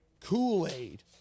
kool-aid